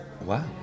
wow